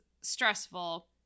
stressful